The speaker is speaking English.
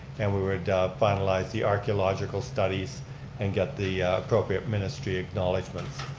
and we would finalize the archeological studies and get the appropriate ministry acknowledgements.